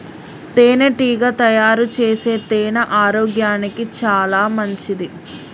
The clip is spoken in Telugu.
తేనెటీగ తయారుచేసే తేనె ఆరోగ్యానికి చాలా మంచిది